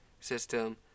system